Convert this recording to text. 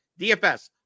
DFS